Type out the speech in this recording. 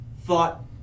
thought